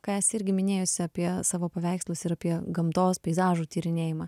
ką esi irgi minėjusi apie savo paveikslus ir apie gamtos peizažų tyrinėjimą